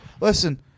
Listen